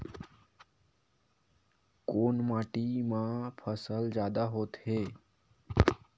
कोन माटी मा फसल जादा होथे?